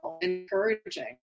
encouraging